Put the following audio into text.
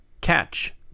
catch